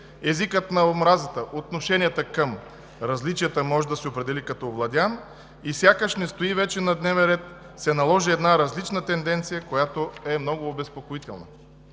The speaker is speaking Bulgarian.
езикът на омразата, отношенията към различията може да се определи като овладян и сякаш не стои вече на дневен ред, се наложи една различна тенденция, която е много обезпокоителна.